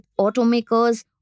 automakers